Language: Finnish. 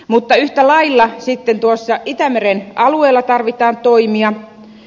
mutta yhtä lailla sitten itämeren alueella tarvitaan toimia